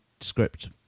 script